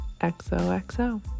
XOXO